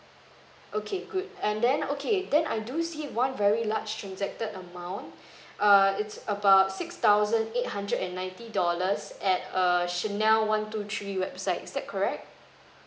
okay good and then okay then I do see one very large transacted amount err it's about six thousand eight hundred and ninety dollars at err channel one two three website is that correct